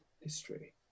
history